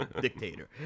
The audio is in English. dictator